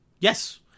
Yes